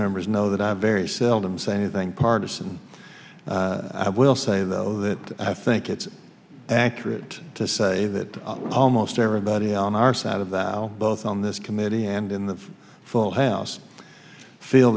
members know that i very seldom say anything partisan i will say though that i think it's accurate to say that almost everybody on our side of that both on this committee and in the full house feel